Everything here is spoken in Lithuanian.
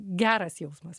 geras jausmas